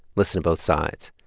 listen to both sides.